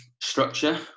structure